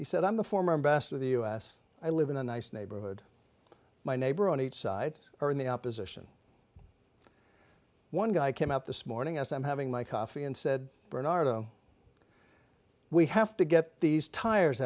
he said i'm the former best of the us i live in a nice neighborhood my neighbor on each side are in the opposition one guy came out this morning as i'm having my coffee and said bernard we have to get these tires